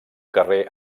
carrer